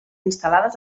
instal·lades